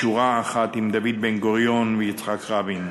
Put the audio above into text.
בשורה אחת עם דוד בן-גוריון ויצחק רבין.